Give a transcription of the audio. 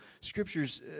Scripture's